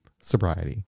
Sobriety